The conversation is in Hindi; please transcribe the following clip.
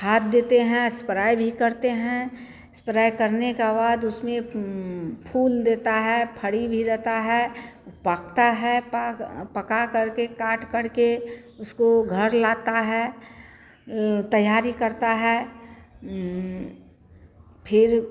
खाद देते हैं अस्प्राए भी करते हैं स्प्रे करने का बाद उसमें फूल देता है फल भी देता है उ पकता है पाग पकाकर के काटकर के उसको घर लाते हैं तैयार करते हैं फिर